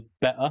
better